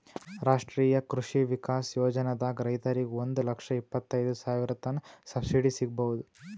ರಾಷ್ಟ್ರೀಯ ಕೃಷಿ ವಿಕಾಸ್ ಯೋಜನಾದಾಗ್ ರೈತರಿಗ್ ಒಂದ್ ಲಕ್ಷ ಇಪ್ಪತೈದ್ ಸಾವಿರತನ್ ಸಬ್ಸಿಡಿ ಸಿಗ್ಬಹುದ್